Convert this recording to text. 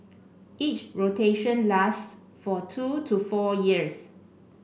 each rotation lasts for two to four years